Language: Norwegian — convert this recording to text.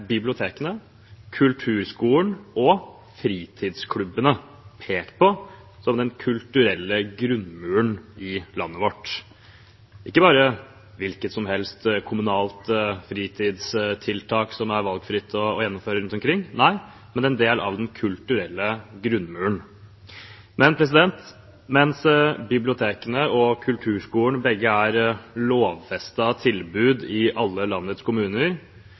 bibliotekene, Kulturskolen og fritidsklubbene som den kulturelle grunnmuren i landet vårt – ikke bare som et hvilket som helst kommunalt fritidstiltak som er valgfritt å gjennomføre rundt omkring, men som en del av den kulturelle grunnmuren. Mens både bibliotekene og Kulturskolen er lovfestede tilbud i alle landets kommuner,